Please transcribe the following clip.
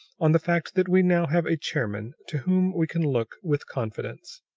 on the fact that we now have a chairman to whom we can look with confidence.